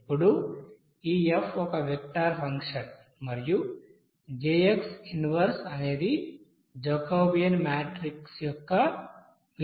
ఇప్పుడు ఈ F ఒక వెక్టర్ ఫంక్షన్ మరియు అనేది జాకోబియన్ మాట్రిక్ యొక్క విలోమం